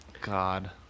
God